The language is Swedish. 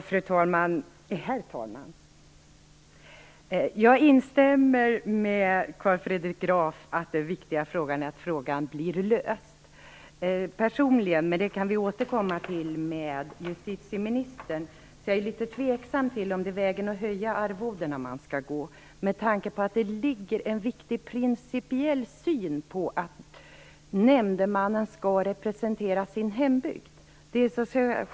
Herr talman! Jag håller med Carl Fredrik Graf om att det viktiga är att problemet blir löst. Personligen - det kan vi återkomma till när justitieministern är här - är jag litet tveksam till om en höjning av arvodena är den väg man skall gå, med tanke på att det är en viktig princip att nämndemannen skall representera sin hembygd.